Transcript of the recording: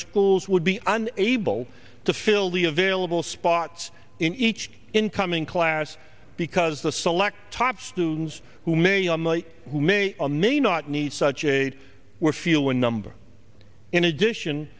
schools would be an able to fill the available spots in each incoming class because the select top students who may on may or may not need such a were few and number in addition